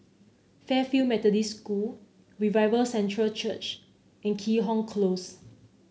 Fairfield Methodist School Revival Centre Church and Keat Hong Close